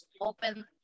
open